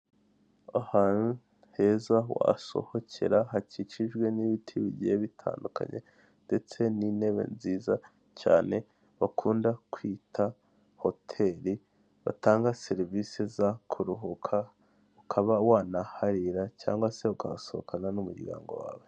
Ahantu heza wasohokera hakikijwe n'ibiti bigiye bitandukanye ndetse n'intebe nziza cyane bakunda kwita hoteli, batanga serivisi zo kuruhuka ukaba wanaharira cyangwa se ukasohokana n'umuryango wawe.